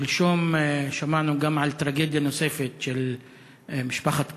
שלשום שמענו על טרגדיה נוספת, של משפחת קראקרה,